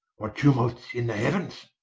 what tumult's in the heauens?